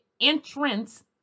entrance